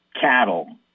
cattle